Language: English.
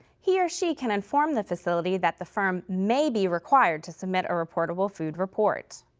he or she can inform the facility that the firm may be required to submit a reportable food report.